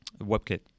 WebKit